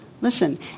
listen